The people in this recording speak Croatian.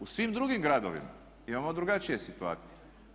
U svim drugim gradovima imamo drugačije situacije.